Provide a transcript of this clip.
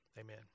Amen